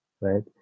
Right